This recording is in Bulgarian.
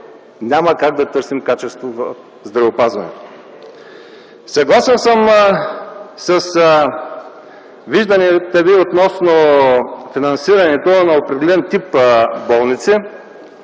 няма как да търсим качество в здравеопазването. Съгласен съм с вижданията Ви относно финансирането на определен тип болници,